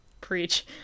Preach